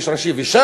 של 4 ו-5 מטר,